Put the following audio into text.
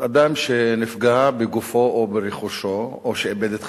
אדם שנפגע בגופו או ברכושו, או שאיבד את חייו,